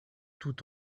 tout